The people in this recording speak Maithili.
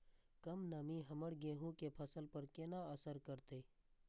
कम नमी हमर गेहूँ के फसल पर केना असर करतय?